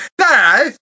no